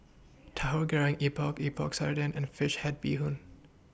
Tahu Goreng Epok Epok Sardin and Fish Head Bee Hoon